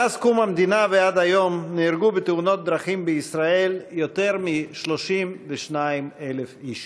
מאז קום המדינה ועד היום נהרגו בתאונות דרכים בישראל יותר מ-32,000 איש.